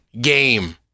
game